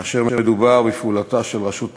כאשר מדובר בפעולתה של רשות מקומית,